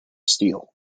steel